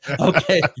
okay